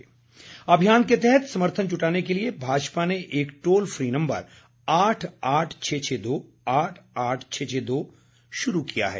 toll free अभियान के तहत समर्थन जुटाने के लिए भाजपा ने एक टोल फ्री नम्बर आठ आठ छः छः दो आठ आठ छः छः दो शुरू किया है